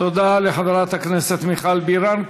תודה לחברת הכנסת מיכל בירן.